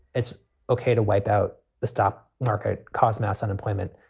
it's ok to wipe out the stock market, cause mass unemployment.